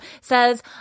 says